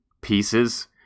pieces